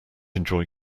enjoy